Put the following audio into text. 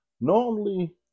Normally